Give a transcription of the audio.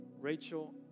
Rachel